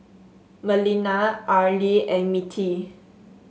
Melina Arly and Mittie